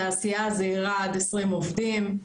התעשייה הזעירה עד 20 עובדים,